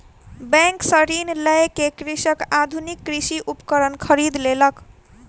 bank सॅ ऋण लय के कृषक आधुनिक कृषि उपकरण खरीद लेलक